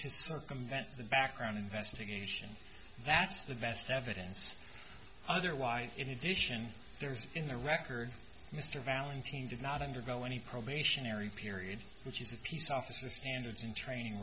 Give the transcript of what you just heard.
to circumvent the background investigation that's the best evidence otherwise in addition there's in the record mr valentino did not undergo any probationary period which is a peace officer standards and training